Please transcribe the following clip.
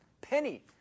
penny